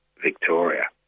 Victoria